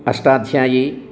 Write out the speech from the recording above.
Ashtadhyayi